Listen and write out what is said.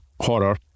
horror